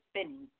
spinning